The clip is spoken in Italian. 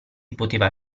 poteva